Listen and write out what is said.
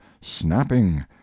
snapping